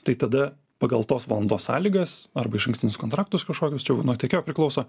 tai tada pagal tos valandos sąlygas arba išankstinius kontraktus kažkokius čia jau nuo tiekėjo priklauso